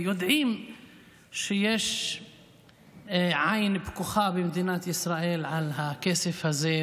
יודעים שיש עין פקוחה במדינת ישראל על הכסף הזה,